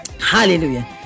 Hallelujah